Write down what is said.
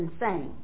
insane